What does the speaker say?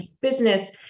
business